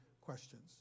questions